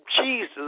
Jesus